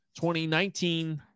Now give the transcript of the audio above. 2019